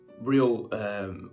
real